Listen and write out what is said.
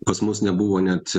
pas mus nebuvo net